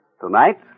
Tonight